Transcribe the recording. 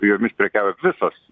jomis prekiauja visos